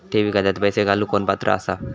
ठेवी खात्यात पैसे घालूक कोण पात्र आसा?